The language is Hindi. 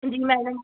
जी मैडम